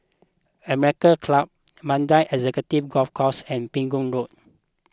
American Club Mandai Executive Golf Course and Pegu Road